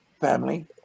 Family